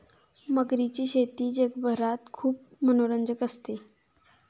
मगरीची शेती जगभरात खूप मनोरंजक असते